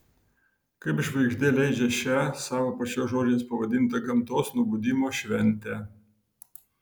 kaip žvaigždė leidžią šią savo pačios žodžiais pavadintą gamtos nubudimo šventę